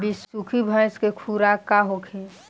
बिसुखी भैंस के खुराक का होखे?